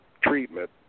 treatment